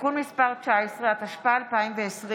(תיקון מס' 19), התשפ"א 2020,